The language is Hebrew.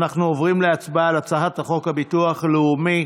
אנחנו עוברים להצבעה על הצעת חוק הביטוח הלאומי